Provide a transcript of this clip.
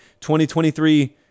2023